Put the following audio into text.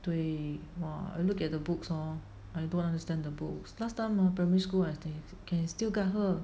对 !wah! I look at the books hor I don't understand the books last time hor primary school I think you can still guide her